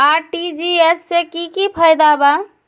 RTGS से की की फायदा बा?